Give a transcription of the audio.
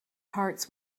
hearts